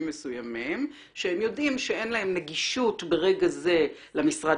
מסוימים שהם יודעים שאין להם נגישות ברגע זה למשרד